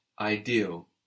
ideal